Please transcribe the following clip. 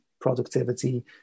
productivity